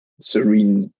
serene